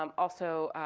um also,